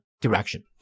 direction